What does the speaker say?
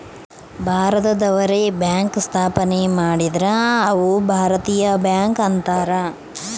ಭಾರತದವ್ರೆ bank ಸ್ಥಾಪನೆ ಮಾಡಿದ್ರ ಅವು ಭಾರತೀಯ ಬ್ಯಾಂಕ್ ಅಂತಾರ